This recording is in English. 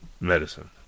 medicine